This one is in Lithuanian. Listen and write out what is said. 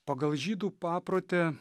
pagal žydų paprotį